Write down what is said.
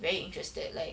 very interested like